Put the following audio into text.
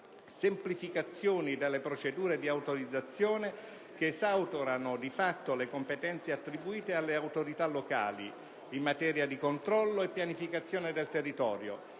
semplificazioni alle procedure di autorizzazione, che esautorano di fatto le competenze attribuite alle autorità locali in materia di controllo e pianificazione del territorio